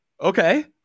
okay